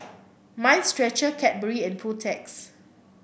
Mind Stretcher Cadbury and Protex